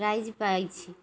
prize ପାଇଛି